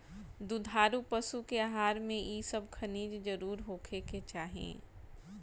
दुधारू पशु के आहार में इ सब खनिज जरुर होखे के चाही